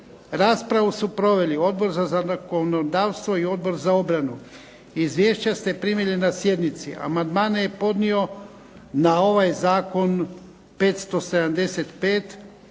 Raspravu su proveli Odbor za zakonodavstvo i Odbor za obranu. Izvješća ste primili na sjednici. Amandmane je podnio na ovaj zakon 575